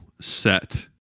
set